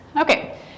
Okay